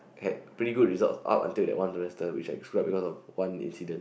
had pretty good results up until that one semester which I screwed up because of one incident